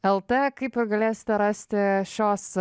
kaip ir galėsite rasti šios